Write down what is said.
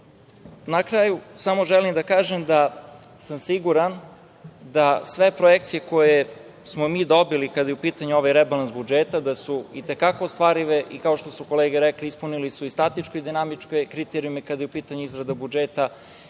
kraju samo želim da kažem da sam siguran da sve projekcije koje smo mi dobili, kada je u pitanju ovaj rebalans budžeta, da su i te kako ostvarive i, kao što su kolege rekle, ispunili su i statičke i dinamičke kriterijume, kada je u pitanju izrada budžeta